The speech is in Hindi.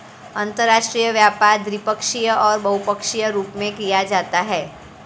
अंतर्राष्ट्रीय व्यापार द्विपक्षीय और बहुपक्षीय रूप में किया जाता है